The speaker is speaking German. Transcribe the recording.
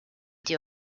die